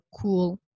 cool